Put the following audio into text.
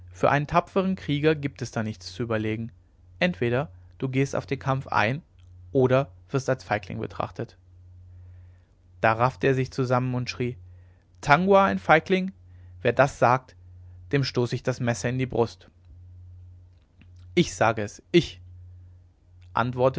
für einen tapferen krieger gibt es da nichts zu überlegen entweder du gehst auf den kampf ein oder wirst als feigling betrachtet da raffte er sich zusammen und schrie tangua ein feigling wer das sagt dem stoße ich das messer in die brust ich sage es ich antwortete